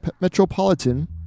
Metropolitan